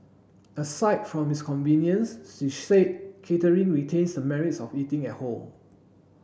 aside from its convenience she said catering retains the merits of eating at home